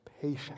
patience